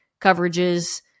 coverages